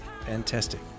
Fantastic